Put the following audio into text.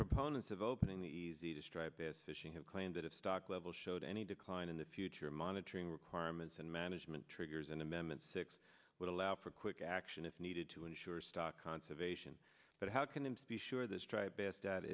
proponents of opening the easy to striped bass fishing have claimed that if stock level showed any decline in the future monitoring requirements and management triggers an amendment six would allow for quick action if needed to ensure stock conservation but how can him speak sure this tribe best dat